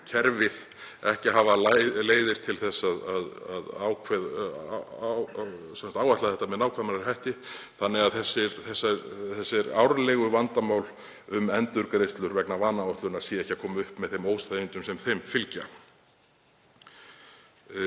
kerfið ekki að hafa leiðir til að áætla þetta með nákvæmari hætti þannig að þessi árlegu vandamál, um endurgreiðslur vegna vanáætlunar, séu ekki að koma upp með þeim óþægindum sem þeim fylgja?